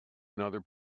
another